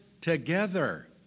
together